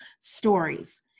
Stories